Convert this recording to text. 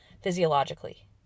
physiologically